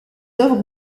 œuvres